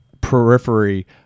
periphery